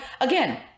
again